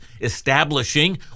establishing